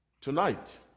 Tonight